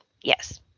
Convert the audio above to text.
yes